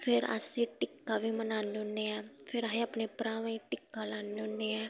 फिर अस टिक्का बी मनान्ने होन्ने आं फिर अस अपने भ्राएं गी टिक्का लान्ने होन्ने ऐं